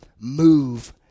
move